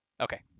Okay